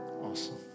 Awesome